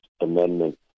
Amendment